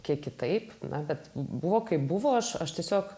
kiek kitaip na bet buvo kaip buvo aš aš tiesiog